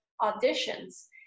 auditions